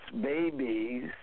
babies